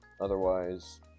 Otherwise